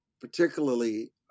particularly